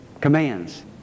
Commands